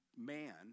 man